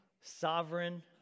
sovereign